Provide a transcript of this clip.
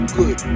good